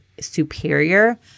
superior